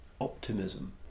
optimism